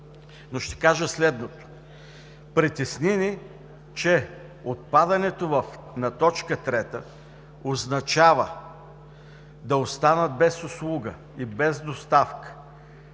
Ще кажа следното – притесни ни, че отпадането на т. 3 означава да останат без услуга и без доставка